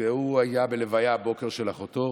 והוא היה הבוקר בלוויה של אחותו